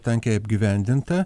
tankiai apgyvendinta